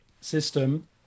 system